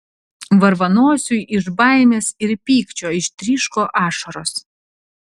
varvanosiui iš baimės ir pykčio ištryško ašaros